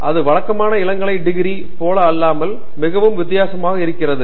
எனவே அது வழக்கமான இளங்கலை டிகிரி போல அல்லாமல் மிகவும் வித்தியாசமாக இருக்கிறது